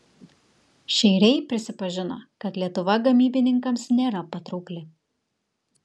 šeiriai prisipažino kad lietuva gamybininkams nėra patraukli